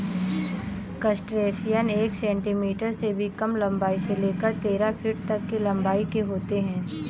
crustacean एक centimetre से भी कम लंबाई से लेकर तेरह फीट तक की लंबाई के होते हैं